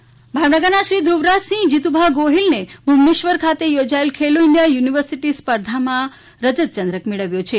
ખેલો India ભાવનગરના શ્રી ધુવરાજસિંહ જીતુભા ગોહિલએ ભુનેશ્વર ખાતે યોજાયેલ ખેલો ઇન્ડિયા યુનિવર્સિટી સ્પર્ધામાં રજત ચંદ્રક મે ળવ્યો છે